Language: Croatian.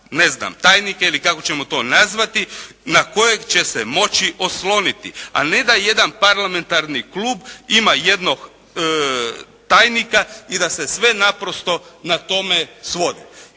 ne znam, tajnika ili kako ćemo to nazvati na kojeg će se moći osloniti. A ne da jedan parlamentarni klub ima jednog tajnika i da se sve naprosto na tome svodi.